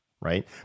right